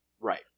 Right